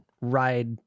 ride